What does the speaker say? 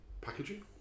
Packaging